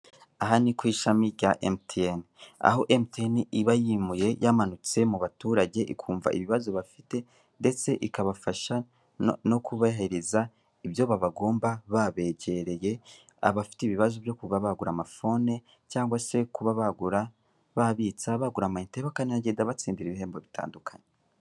Aha ni ku ishami ryaMTN, aho MTN iba yimuye yamanutse mu baturage ikumva ibibazo bafite ndetse ikabafasha no kubahereza ibyo babagomba babegereye, abafite ibibazo byo kuba bagura amafone cyangwa se kuba bagura, babitsa bagura ama inite bakanagenda batsindira ibihembo bitandukanye.